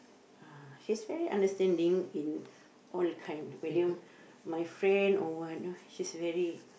uh she's very understanding in all the kind whether my friend or what know she's very